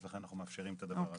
אז לכן אנחנו מאפשרים את הדבר הזה.